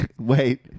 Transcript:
Wait